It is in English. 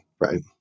right